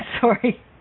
sorry